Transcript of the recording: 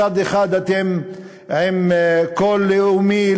מצד אחד אתם עם קול לאומי,